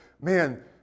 man